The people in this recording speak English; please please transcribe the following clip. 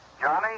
Johnny